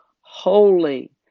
Holy